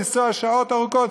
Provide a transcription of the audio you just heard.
לנסוע שעות ארוכות,